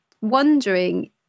wondering